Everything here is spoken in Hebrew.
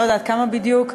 לא יודעת כמה בדיוק,